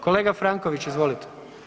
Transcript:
Kolega Franković, izvolite.